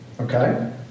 Okay